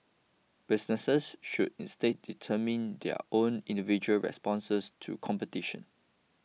businesses should instead determine their own individual responses to competition